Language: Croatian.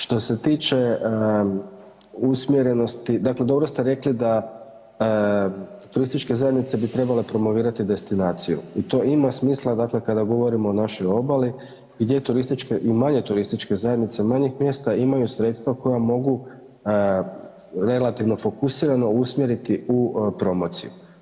Što se tiče usmjerenosti, dakle dobro ste rekli da turističke zajednice bi trebale promovirati destinaciju i to ima smisla, dakle kada govorimo o našoj obali i gdje turističke i manje turističke zajednice manjih mjesta imaju sredstva koja mogu relativno fokusirano usmjeriti u promociju.